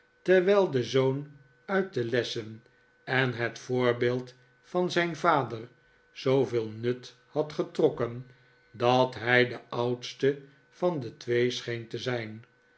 terwijl de zoon uit de lessen en het voorbeeld van zijn vader zooveel nut had getrokken dat hij de oudste van de twee scheen te zijn